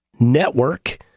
network